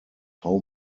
how